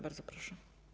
Bardzo proszę.